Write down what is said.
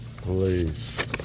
Please